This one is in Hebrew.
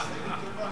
דב חנין,